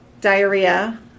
diarrhea